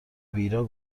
بیراه